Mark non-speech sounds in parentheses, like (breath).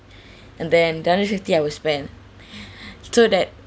and then the other fifty I will spend (breath) so that